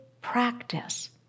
practice